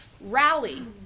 rally